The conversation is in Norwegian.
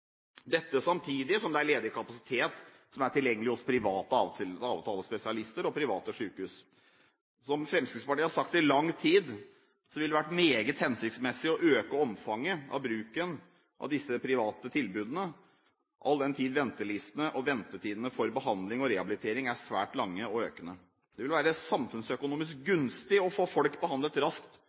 dette samtidig som det er ledig kapasitet tilgjengelig hos private avtalespesialister og private sykehus. Som Fremskrittspartiet har sagt i lang tid, ville det vært meget hensiktsmessig å øke omfanget av bruken av disse private tilbudene, all den tid ventelistene og ventetidene for behandling og rehabilitering er svært lange og økende. Det vil være samfunnsøkonomisk gunstig å få folk behandlet raskt